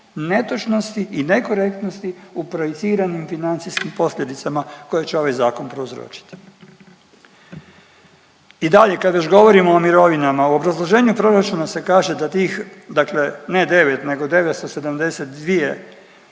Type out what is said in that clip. netočnosti i nekorektnosti u projiciranju i financijskim posljedicama koje će ovaj zakon prouzročiti. I dalje kad već govorimo o mirovinama u obrazloženju proračuna se kaže da tih, dakle ne 9 nego 972